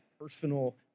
personal